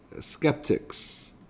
skeptics